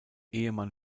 ehemann